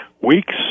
weeks